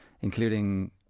including